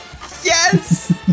Yes